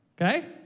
Okay